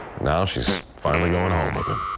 now she's finally going home with him.